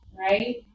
right